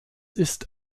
ist